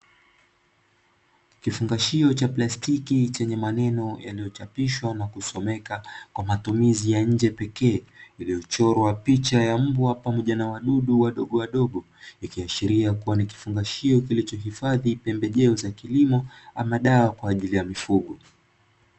Kifungashio cha plastiki chenye maneno yaliyochapishwa ama kusomeka kwa matumizi ya nje pekee, iliyo chorwa picha ya mbwa pamoja na wadudu wadogowadogo; ikiashiria kua ni kifungashio kilichohifadhi pembejeo za kilimo ama dawa kwa ajili ya mifugo.